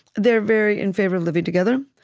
they're very in favor of living together.